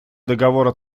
договора